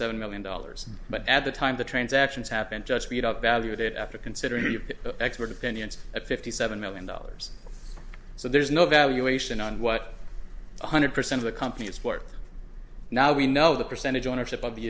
seven million dollars but at the time the transactions happened just read up value that after considering the expert opinions at fifty seven million dollars so there's no valuation on what one hundred percent of the company is sport now we know the percentage ownership of the